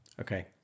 okay